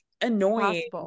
annoying